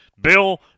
Bill